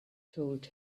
told